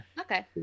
Okay